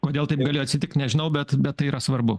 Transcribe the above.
kodėl taip galėjo atsitikt nežinau bet bet tai yra svarbu